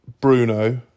Bruno